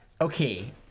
okay